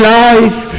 life